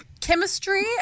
chemistry